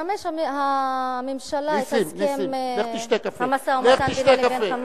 שתממש הממשלה את הסכם המשא-ומתן בינה לבין "חמאס".